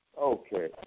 Okay